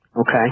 Okay